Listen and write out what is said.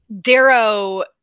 Darrow